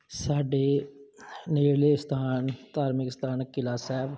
ਸਾਡੇ ਨੇੜਲੇ ਸਥਾਨ ਧਾਰਮਿਕ ਸਥਾਨ ਕਿਲ੍ਹਾ ਸਾਹਿਬ